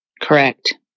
Correct